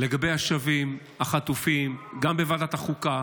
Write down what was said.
לגבי השבים, החטופים, גם בוועדת החוקה,